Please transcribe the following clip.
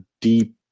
deep